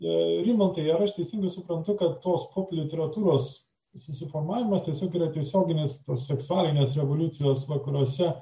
rimantai ar aš teisingai suprantu kad tos pop literatūros susiformavimas tiesiog yra tiesioginis tos seksualinės revoliucijos vakaruose